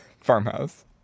farmhouse